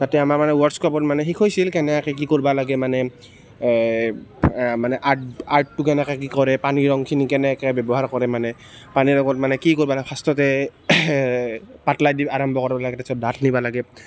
তাতে আমাৰ মানে ৱৰ্কশ্বপত মানে শিকাইছিল কেনেকৈ কি কৰিব লাগে মানে মানে আৰ্ট আৰ্টটো কেনেকৈ কি কৰে পানী ৰঙখিনি কেনেকৈ ব্যৱহাৰ কৰে মানে পানীৰ লগত মানে কি কৰিব লাগে ফাৰ্ষ্টতে পাতলাই দি আৰম্ভ কৰিব লাগে তাৰ পাছত ডাঠ নিব লাগে